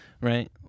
Right